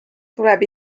tuleb